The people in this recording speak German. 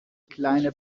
kleine